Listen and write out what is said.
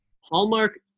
hallmark